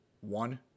One